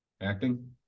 acting